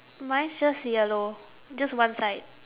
mine's just yellow just one side